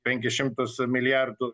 penkis šimtus milijardų